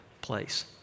place